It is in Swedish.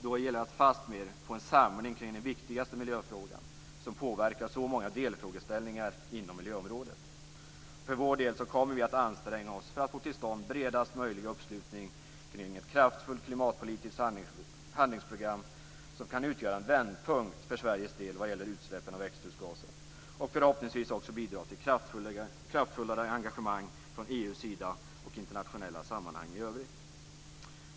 Då gäller det att fastmer få en samling kring den viktigaste miljöfrågan, den som påverkar så många delföreställningar inom miljöområdet. För vår del kommer vi att anstränga oss för att få till stånd bredast möjliga uppslutning kring ett kraftfullt klimatpolitiskt handlingsprogram som kan utgöra en vändpunkt för Sveriges del vad gäller utsläppen av växthusgaser och förhoppningsvis också bidra till ett kraftfullare engagemang från EU:s sida och i internationella sammanhang i övrigt.